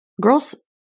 girls